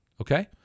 Okay